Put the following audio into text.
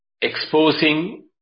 exposing